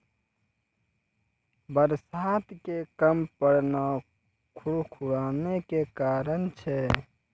बरसात के कम पड़ना सूखाड़ के कारण छै